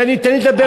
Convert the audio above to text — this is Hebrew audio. תן לי לדבר,